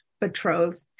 betrothed